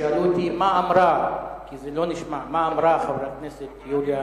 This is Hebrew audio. ששאלו אותי: מה אמרה חברת הכנסת יוליה